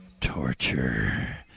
torture